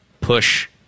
push